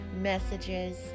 messages